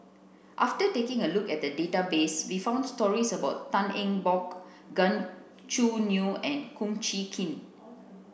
after taking a look at the database we found stories about Tan Eng Bock Gan Choo Neo and Kum Chee Kin